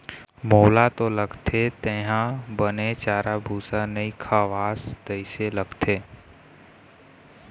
मोला तो लगथे तेंहा बने चारा भूसा नइ खवास तइसे लगथे